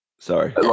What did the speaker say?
Sorry